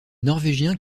norvégiens